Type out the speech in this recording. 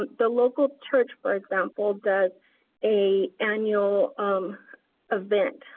the local church, for example, does a annual um event.